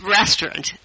restaurant